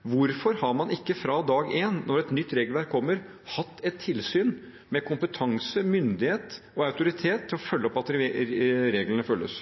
Hvorfor har man ikke fra dag én når et nytt regelverk kommer, hatt et tilsyn med kompetanse, myndighet og autoritet til å følge opp at reglene følges?